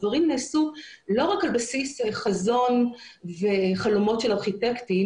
דברים נעשו לא רק על בסיס חזון וחלומות של ארכיטקטים